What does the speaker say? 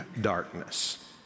darkness